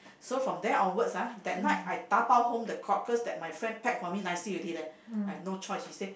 so from then onwards ah that night I dabao home the cockles that my friend pack for me nicely already leh I have no choice she say